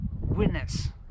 witness